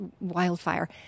wildfire